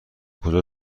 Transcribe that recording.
کجا